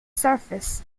surface